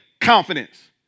confidence